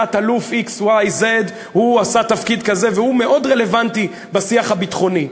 תת-אלוף ,z ,y ,x הוא עשה תפקיד כזה והוא מאוד רלוונטי בשיח הביטחוני,